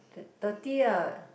that thirty eh